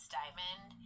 diamond